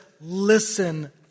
listen